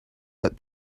but